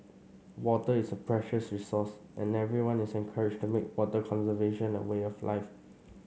water is a precious resource and everyone is encouraged to make water conservation a way of life